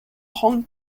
hong